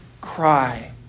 cry